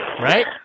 Right